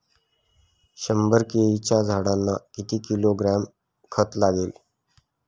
शंभर केळीच्या झाडांना किती किलोग्रॅम खत लागेल?